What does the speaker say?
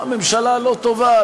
הממשלה לא טובה.